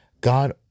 God